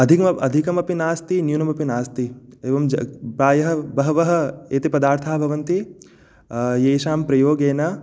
अधिकम् अधिकमपि नास्ति न्यूनमपि नास्ति एवं प्रायः बहवः एते पदार्थाः भवन्ति येषां प्रयोगेन